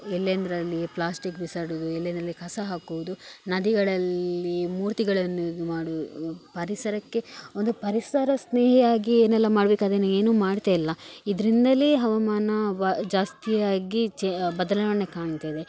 ಎಲ್ಲೆಂದರಲ್ಲಿ ಪ್ಲಾಸ್ಟಿಕ್ ಬಿಸಾಡೋದು ಎಲ್ಲೆಂದರಲ್ಲಿ ಕಸ ಹಾಕೋದು ನದಿಗಳಲ್ಲಿ ಮೂರ್ತಿಗಳನ್ನು ಇದ್ಮಾಡೋ ಪರಿಸರಕ್ಕೆ ಒಂದು ಪರಿಸರ ಸ್ನೇಹಿಯಾಗಿ ಏನೆಲ್ಲಾ ಮಾಡ್ಬೇಕು ಅದನ್ನು ಏನು ಮಾಡ್ತಾಯಿಲ್ಲ ಇದರಿಂದಲೇ ಹವಾಮಾನ ವ ಜಾಸ್ತಿಯಾಗಿ ಚೆ ಬದಲಾವಣೆ ಕಾಣ್ತದೆ